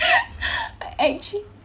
actually